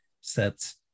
Sets